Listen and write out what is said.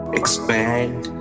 expand